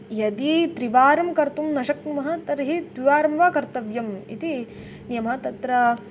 यदि त्रिवारं कर्तुं न शक्नुमः तर्हि द्विवारं वा कर्तव्यम् इति नियमः तत्र